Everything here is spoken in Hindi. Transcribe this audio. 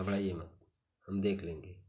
घबराइए मत हम देख लेंगे